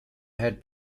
had